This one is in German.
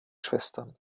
schwestern